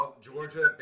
Georgia